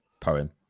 poem